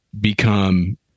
become